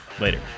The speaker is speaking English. Later